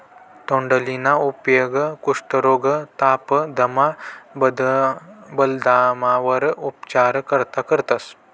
तोंडलीना उपेग कुष्ठरोग, ताप, दमा, बालदमावर उपचार करता करतंस